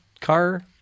car